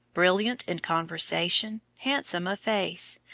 brilliant in conversation, handsome of face,